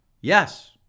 Yes